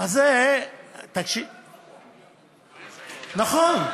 אם הולכים על דיפרנציאלי, נכון.